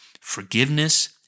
forgiveness